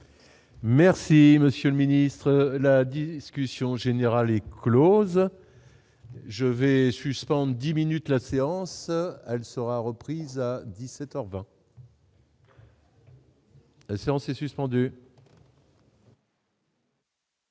Merci monsieur le ministre, la discussion générale est Close, je vais suspendent 10 minutes la séance, elle sera reprise à 17 heures 20. Séance est suspendue.